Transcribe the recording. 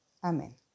Amén